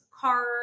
car